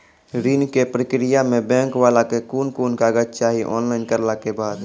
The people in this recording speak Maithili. ऋण के प्रक्रिया मे बैंक वाला के कुन कुन कागज चाही, ऑनलाइन करला के बाद?